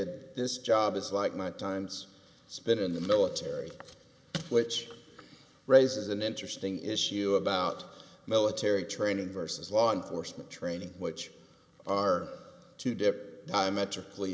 stated this job is like ny times spent in the military which raises an interesting issue about military training versus law enforcement training which are two dept i magically